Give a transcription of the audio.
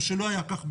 מה שלא היה כך בעבר,